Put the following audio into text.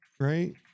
Right